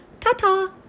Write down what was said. ta-ta